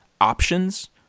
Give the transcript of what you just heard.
options